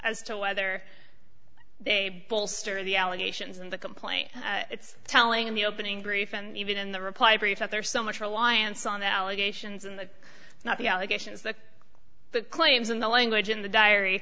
as to whether they bolster the allegations in the complaint it's telling in the opening brief and even in the reply brief that there's so much reliance on the allegations in the not the allegations that the claims in the language in the diary